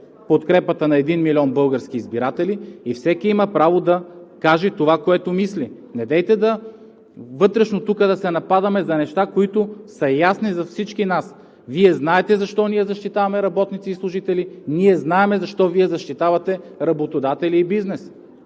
подкрепата на един милион български избиратели и всеки има право да каже това, което мисли. Недейте вътрешно тук да се напъваме за неща, които са ясни за всички нас. Вие знаете защо ние защитаваме работници и служители, ние знаем защо Вие защитавате работодатели и бизнес.